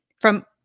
from-